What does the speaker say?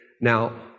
Now